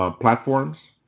ah platforms.